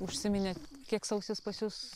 užsiminėt kiek sausis pas jus